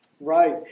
Right